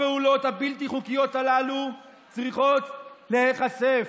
הפעולות הבלתי-חוקיות הללו צריכות להיחשף.